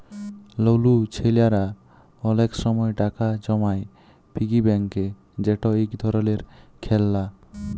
লুলু ছেইলারা অলেক সময় টাকা জমায় পিগি ব্যাংকে যেট ইক ধরলের খেললা